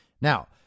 Now